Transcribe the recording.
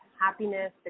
happiness